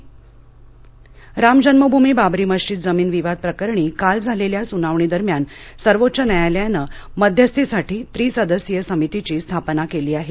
अयोध्या राम जन्मभूमी बाबरी मशीद जमीन विवाद प्रकरणी काल झालेल्या सुनावणी दरम्यान सर्वोच्च न्यायालयानं मध्यस्थीसाठी त्रिसदस्यीय समितीची स्थापना केली आहे